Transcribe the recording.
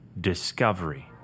discovery